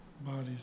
Bodies